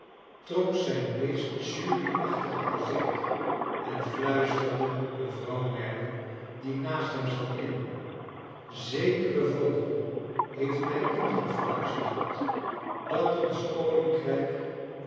trok zijn meest jury achtige gezicht en fluisterde mevrouw merdle die naast hem zat in zekere vogel lieeft mij ingefluisterd dat ons koninkrijk